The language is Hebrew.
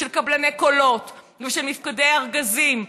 של קבלני קולות ושל מפקדי ארגזים,